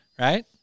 right